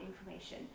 information